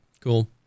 cool